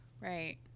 Right